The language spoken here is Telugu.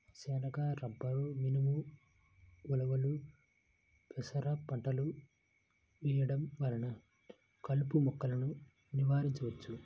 శనగ, బబ్బెర, మినుము, ఉలవలు, పెసర పంటలు వేయడం వలన కలుపు మొక్కలను నివారించవచ్చు